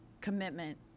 commitment